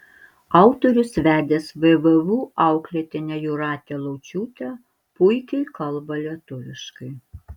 autorius vedęs vvu auklėtinę jūratę laučiūtę puikiai kalba lietuviškai